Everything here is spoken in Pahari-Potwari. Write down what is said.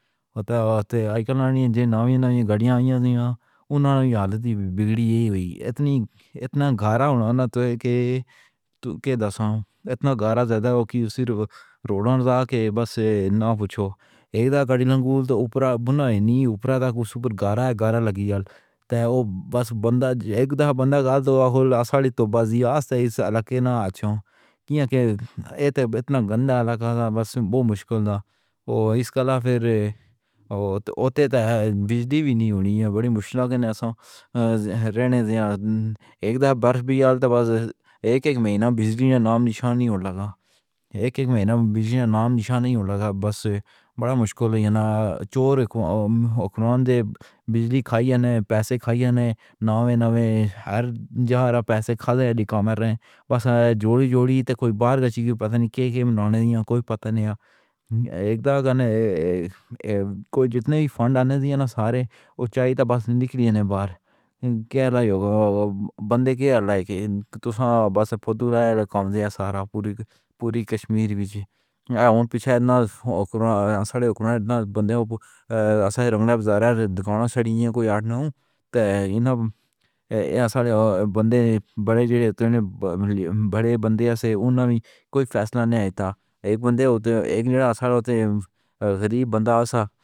ہوتا ہے تے آئی کر لانی جے ناوی ناوی گڑھیا اندی ہو نا یادی بگڑی ہوئی ہے اتنی اتنا غارہ ہونا نہ تو کہ دسو اتنا غارہ زیادہ ہو کی صرف روڈوں سا کہ بس نہ پوچھو ایک دا گڑی لانکو تو اوپر بنانی اوپر تک۔ سوپر گارہ گارہ لگی ہے تے وہ بس بندہ اک دا بندہ گا دے تو آصالی تو بازیاست عاقبت نہ آجاؤ کیا کہ اے اتنا گندا علاقہ تھا۔ بس بہت مشکل تھا وہ اس کا فیر تے بجلی بھی نہیں ہونی چاہیے بڑی مشال کے رہنے دیجئے ایک دا برف بھی ہے تا بس اک اک مہینہ بجلی کا نام نشان نہیں لگا اک مہینے بجلی کا نام نشان نہیں لگا بس بڑا مشکل ہے نا چور اکوان دے بجلی کھائی ہی نہ پیسے کھایے نے ناوی ناوی ہر جہاں را پیسے کھاد ہے لیکام رہے ہیں بس جوڑی جوڑی تے کوئی باہر کچی کی پتا نہیں کے کے منانے دیا کوئی پتا نہیں ہے کہ کوئی جتنے بھی فنڈ آنے دیا نا سارے اونچائی تا بس نکلی ہی نہ باہر کے یوگا بندے کے توسانہا بس فودل آئے کام دیا سارا پوری پوری کشمیر وچ ہے پچھاد نا اکراں ساڑھے اکناں نا بندہ انہاں رنگلا بازار ہے دکانوں سڑی کی آٹھ نہ تے انہیں یہاں ساڑھا بندے بڑے بڑے بندے سے کوئی فیصلہ نہیں تاکہ ایک بندہ ہوتا ہے، ایک گرا سا غریب بندہ سا